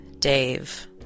Dave